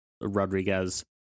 Rodriguez